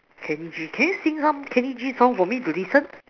Kenny G can you sing some Kenny G song for me to listen